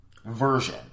Version